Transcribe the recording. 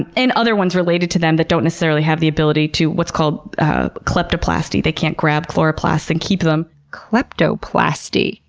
and other ones related to them that don't necessarily have the ability to what's called kleptoplasty, they can't grab chloroplasts and keep them, kleptoplasty?